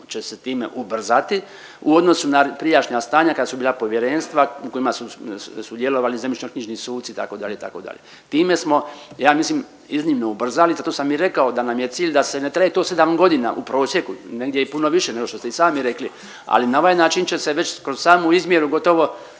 će se time ubrzati u odnosu na prijašnja stanja kad su bila povjerenstva u kojima su sudjelovali zemljišno-knjižni suci itd. itd. Time smo ja mislim iznimno ubrzali, zato sam i rekao da nam je cilj da ne traje to sedam godina u prosjeku, negdje i puno više nego što ste i sami rekli. Ali na ovaj način će se već kroz samu izmjeru gotovo